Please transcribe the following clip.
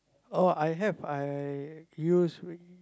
oh I have I used w~